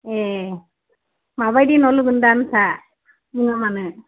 ए माबायदि न' लुगोन दा नोंसा बुङा मानो